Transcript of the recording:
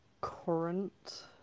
current